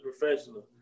professional